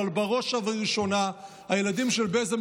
אבל בראש ובראשונה הילדים של בעלז,